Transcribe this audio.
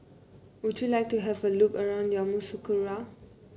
would you like to have a look around Yamoussoukro